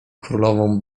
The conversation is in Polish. królową